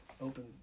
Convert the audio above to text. open